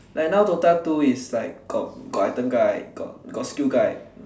like now DOTA two is like got item guide right got skill guide right